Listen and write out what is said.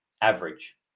average